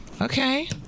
Okay